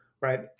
right